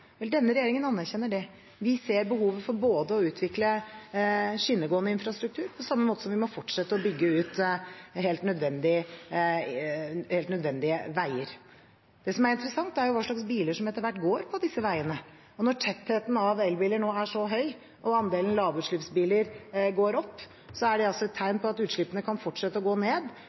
Denne regjeringen anerkjenner det. Vi ser behovet for å utvikle skinnegående infrastruktur, samtidig som vi må fortsette å bygge ut helt nødvendige veier. Det som er interessant, er hva slags biler som etter hvert kjører på disse veiene. At tettheten av elbiler nå er så høy og andelen lavutslippsbiler går opp, er et tegn på at utslippene kan fortsette å gå ned